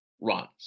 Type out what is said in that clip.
runs